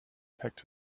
packed